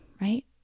Right